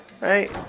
Right